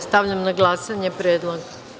Stavljam na glasanje ovaj predlog.